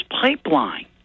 pipeline